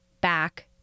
back